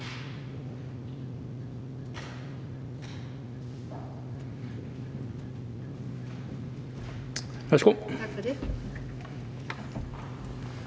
Tak for det.